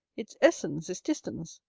its essence is distance.